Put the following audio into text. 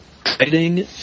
exciting